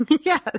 Yes